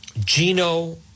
Gino